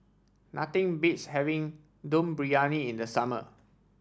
nothing beats having Dum Briyani in the summer